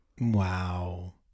Wow